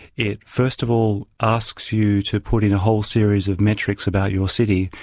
it first of all asks you to put in a whole series of metrics about your city,